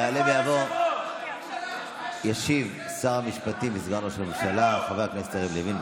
יעלה ויבוא להשיב שר המשפטים וסגן ראש הממשלה חבר הכנסת יריב לוין,